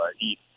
eat